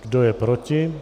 Kdo je proti?